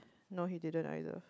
no he didn't either